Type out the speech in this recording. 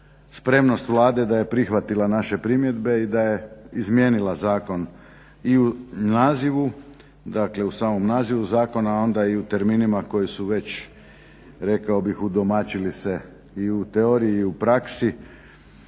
spremnost Vlade da je prihvatila naše primjedbe i da je izmijenila zakon i u nazivu, dakle u samom nazivu zakona, a onda i u terminima koji su već rekao bih udomaćili se i u teoriji i u praksi.